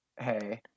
hey